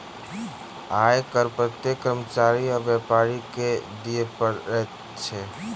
आय कर प्रत्येक कर्मचारी आ व्यापारी के दिअ पड़ैत अछि